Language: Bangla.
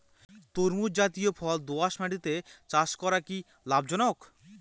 তরমুজ জাতিয় ফল দোঁয়াশ মাটিতে চাষ করা কি লাভজনক?